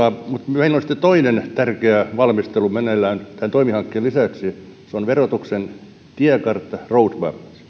meillä on toinen tärkeä valmistelu meneillään tämän toimi hankkeen lisäksi se on verotuksen tiekartta road map